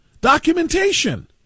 documentation